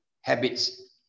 habits